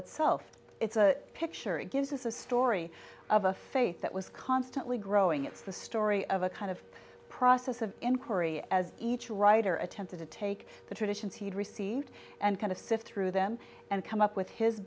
itself it's a picture it gives us a story of a faith that was constantly growing it's a story of a kind of process of inquiry as each writer attempted to take the traditions he had received and kind of sift through them and come up with his